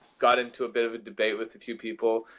got into a bit of a debate with a few people